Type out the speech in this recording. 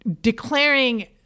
declaring